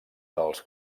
dels